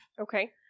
Okay